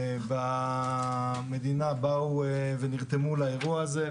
באו ונרתמו לאירוע הזה.